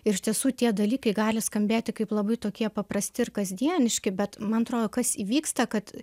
iš tiesų tie dalykai gali skambėti kaip labai tokie paprasti ir kasdieniški bet man atrodo kas įvyksta kad